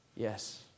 Yes